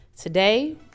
Today